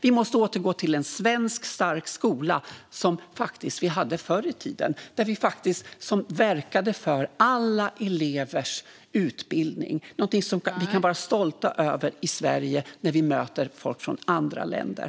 Vi måste återgå till en stark svensk skola, vilket vi faktiskt hade förr i tiden, där vi verkar för alla elevers utbildning - någonting som vi i Sverige kan vara stolta över när vi möter folk från andra länder.